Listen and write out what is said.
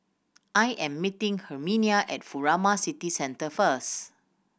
I am meeting Herminia at Furama City Centre first